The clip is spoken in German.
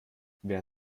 wer